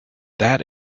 that